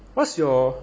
what's your